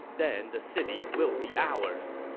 then the city will be ours.